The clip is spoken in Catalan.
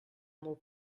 molt